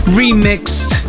remixed